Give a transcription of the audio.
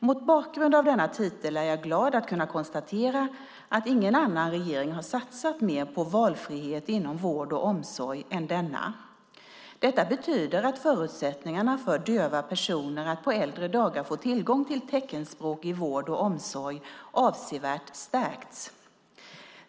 Mot bakgrund av denna titel är jag glad att kunna konstatera att ingen annan regering har satsat mer på valfrihet inom vård och omsorg än denna. Detta betyder att förutsättningarna för döva personer att på äldre dagar få tillgång till teckenspråkig vård och omsorg avsevärt stärkts.